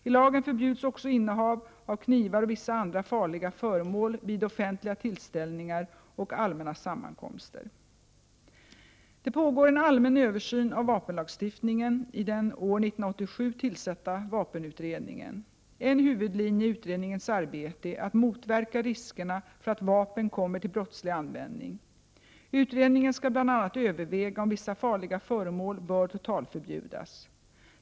I lagen förbjuds också innehav av knivar och vissa andra farliga föremål vid offentliga tillställningar och allmänna sammankomster. Det pågår en allmän översyn av vapenlagstiftningen i den år 1987 tillsatta vapenutredningen. En huvudlinje i utredningens arbete är att motverka riskerna för att vapen kommer till brottslig användning. Utredningen skall bl.a. överväga om vissa farliga föremål bör totalförbjudas.